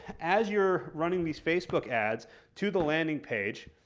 as you're running these facebook ads to the landing page,